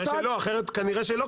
כנראה שלא,